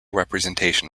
representation